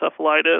encephalitis